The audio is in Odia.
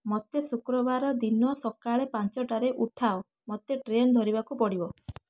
ମୋତେ ଶୁକ୍ରବାର ଦିନ ସକାଳେ ପାଞ୍ଚଟାରେ ଉଠାଅ ମୋତେ ଟ୍ରେନ୍ ଧରିବାକୁ ପଡ଼ିବ